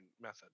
method